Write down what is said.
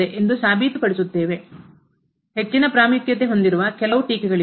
ಎಂದು ಸಾಬೀತುಪಡಿಸಿದ್ದೇವೆ ಹೆಚ್ಚಿನ ಪ್ರಾಮುಖ್ಯತೆ ಹೊಂದಿರುವ ಕೆಲವು ಟೀಕೆಗಳಿವೆ